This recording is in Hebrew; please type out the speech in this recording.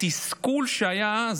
התסכול שהיה אז,